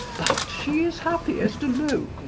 but she is happiest alone.